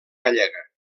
gallega